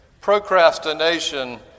procrastination